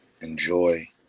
enjoy